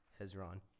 Hezron